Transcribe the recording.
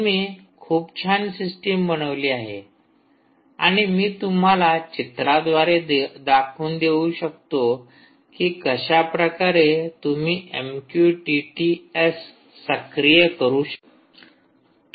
तुम्ही खूप छान सिस्टीम बनवली आहे आणि मी तुम्हाला चित्राद्वारे दाखवून देऊ शकतो की कशाप्रकारे तुम्ही एमक्यूटीटी एस सक्रिय करू शकता